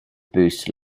boost